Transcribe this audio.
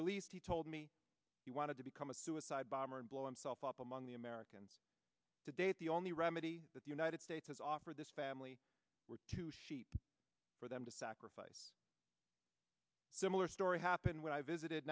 released he told me he wanted to become a suicide bomber and blow himself up among the american to date the only remedy that the united states has offered this family were two sheep for them to sacrifice similar story happened when i visited